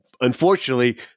Unfortunately